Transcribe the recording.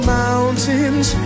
mountains